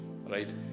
right